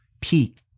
peak